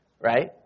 Right